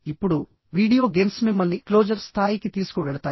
ఇప్పుడు video games మిమ్మల్ని closer స్థాయికి తీసుకువెళతాయి